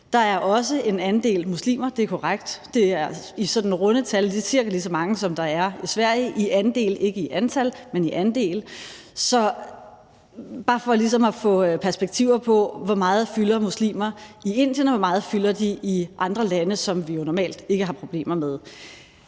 Der er også muslimer, det er korrekt, men det er i runde tal cirka lige så mange, som der er i Sverige – ikke i antal, men i procent af befolkningen. Det er bare for ligesom at få et perspektiv på, hvor meget muslimer fylder i Indien, og hvor meget de fylder i andre lande, som vi normalt ikke har problemer med.